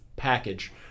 package